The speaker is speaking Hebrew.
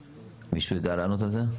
מישהו יודע לענות על זה?